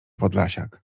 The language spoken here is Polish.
podlasiak